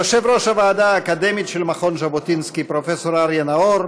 יושב-ראש הוועדה האקדמית של מכון ז'בוטינסקי פרופ' אריה נאור,